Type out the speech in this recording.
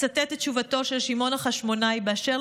אצטט את תשובתו של שמעון החשמונאי באשר